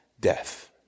death